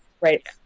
Right